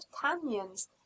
canyons